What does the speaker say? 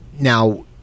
now